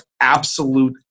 absolute